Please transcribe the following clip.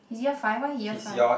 he's year five why he year five